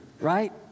right